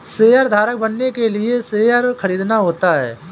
शेयरधारक बनने के लिए शेयर खरीदना होता है